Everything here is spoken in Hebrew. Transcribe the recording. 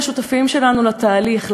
השותפים שלנו לתהליך,